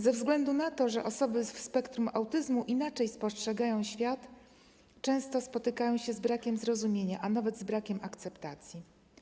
Ze względu na to, że osoby w spektrum autyzmu inaczej spostrzegają świat, często spotykają się z brakiem zrozumienia, a nawet z brakiem akceptacji.